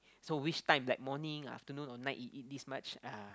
so which time like morning afternoon or night it eat this much uh